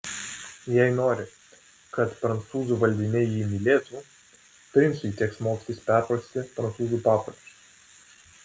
jei nori kad prancūzų valdiniai jį mylėtų princui teks mokytis perprasti prancūzų papročius